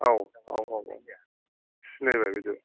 औ औ औ सिनायबाय बेखौ